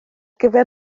gyfer